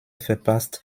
verpasst